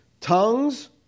Tongues